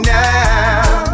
now